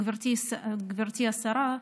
גברתי השרה,